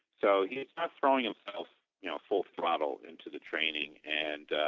so he start throwing himself you know full throttle into the training and